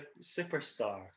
superstar